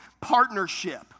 partnership